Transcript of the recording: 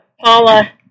Paula